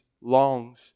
longs